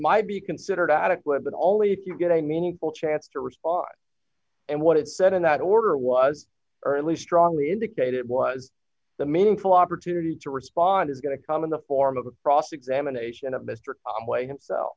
might be considered adequate but always if you get a meaningful chance to respond and what it said in that order was early strongly indicate it was the meaningful opportunity to respond is going to come in the form of a cross examination of mr conway